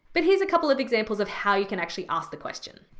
but here's a couple of examples of how you can actually ask the question.